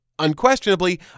unquestionably